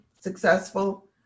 successful